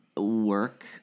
work